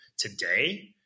Today